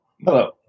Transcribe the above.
Hello